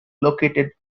located